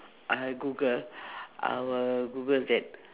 I google I will google that